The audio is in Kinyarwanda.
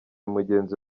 mugenzi